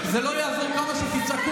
על מה אתה רוצה כתב אישום,